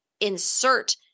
insert